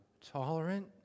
tolerant